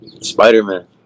Spider-Man